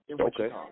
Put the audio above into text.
Okay